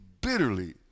bitterly